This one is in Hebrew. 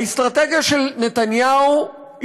האסטרטגיה של נתניהו,